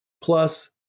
plus